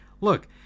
Look